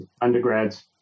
undergrads